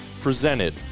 presented